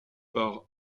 par